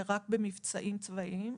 אלא רק במבצעים צבאיים,